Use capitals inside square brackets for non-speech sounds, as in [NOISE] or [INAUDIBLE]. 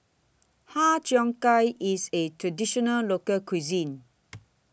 Har Cheong Gai IS A Traditional Local Cuisine [NOISE]